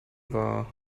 war